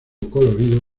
colorido